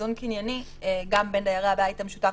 ואיזון קנייני גם בין דיירי הבית המשותף,